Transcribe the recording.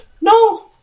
No